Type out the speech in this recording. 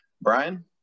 Brian